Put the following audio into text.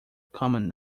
common